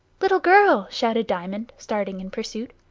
little girl, shouted diamond, starting in pursuit.